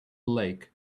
lake